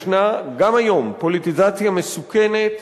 ישנה גם היום פוליטיזציה מסוכנת.